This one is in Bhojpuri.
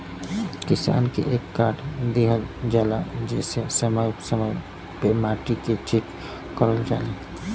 किसान के एक कार्ड दिहल जाला जेसे समय समय पे मट्टी के चेक करल जाला